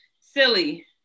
silly